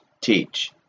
teach